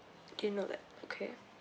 didn't know that okay